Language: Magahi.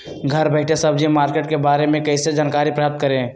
घर बैठे सब्जी मार्केट के बारे में कैसे जानकारी प्राप्त करें?